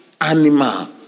animal